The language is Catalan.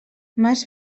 març